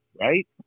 right